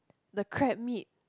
the crab meat